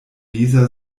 lisa